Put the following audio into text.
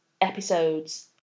episodes